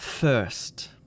First